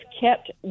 kept